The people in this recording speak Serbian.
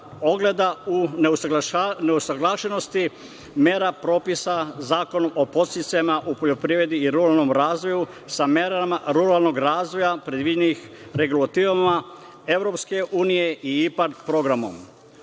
ogleda u neusaglašenosti mera propisa Zakona o podsticajima u poljoprivredi i ruralnom razvoju sa merama ruralnog razvoja predviđenih regulativama EU i IPARD programa. Ovo